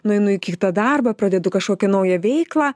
nueinu į kitą darbą pradedu kažkokią naują veiklą